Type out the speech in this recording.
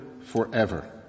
forever